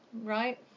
right